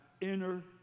inner